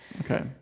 Okay